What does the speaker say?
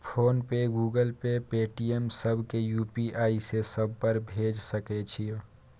Phone पे, Google Pay, Paytm, सब के UPI से सब पर भेज सके छीयै?